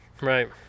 right